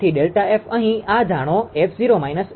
તેથી ΔF અહીં આ જાણો 𝑓0 𝑓